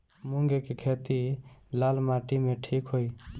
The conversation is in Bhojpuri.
मूंग के खेती लाल माटी मे ठिक होई?